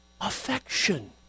affection